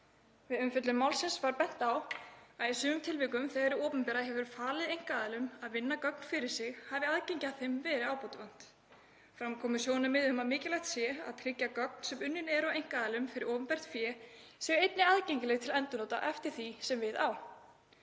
Við umfjöllun málsins var bent á að í sumum tilvikum, þegar hið opinbera hefur falið einkaaðilum að vinna gögn fyrir sig, hafi aðgengi að þeim verið ábótavant. Fram komu sjónarmið um að mikilvægt sé að tryggja að gögn sem unnin eru af einkaaðilum fyrir opinbert fé séu einnig aðgengileg til endurnota eftir því sem við á.